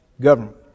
government